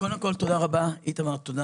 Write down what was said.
קודם כל, איתמר, תודה